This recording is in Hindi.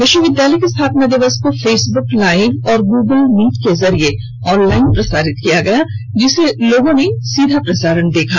विश्वविद्यालय की स्थापना दिवस को फेसबुक लाइव और गुगल मीट के जरिए ऑनलाइन प्रसारित किया गया और लोगों ने स्थापना दिवस का सीधा प्रसारण देखा